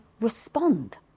respond